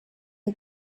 and